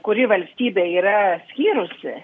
kurį valstybė yra skyrusi